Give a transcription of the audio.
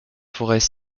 forêts